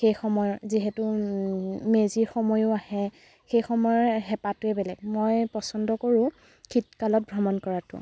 সেই সময়ৰ যিহেতু মেজিৰ সময়ো আহে সেই সময়ৰ হেঁপাহটোৱেই বেলেগ মই পচন্দ কৰোঁ শীতকালত ভ্ৰমণ কৰাটো